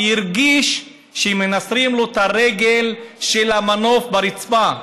כי הרגיש שמנסרים לו את הרגל של המנוף ברצפה,